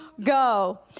go